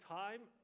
time